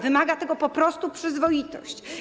wymaga tego po prostu przyzwoitość.